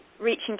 reaching